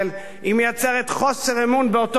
היא מייצרת חוסר אמון באותו עורף,